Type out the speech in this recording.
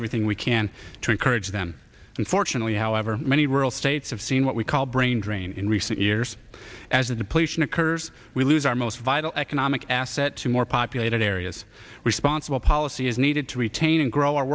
everything we can to encourage them and fortunately however many rural states have seen what we call brain drain in recent years as a depletion occurs we lose our most vital economic asset to more populated areas responsible policy is needed to retain and grow our